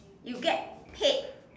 you get paid